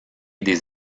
des